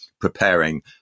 preparing